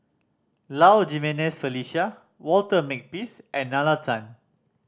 Low Jimenez Felicia Walter Makepeace and Nalla Tan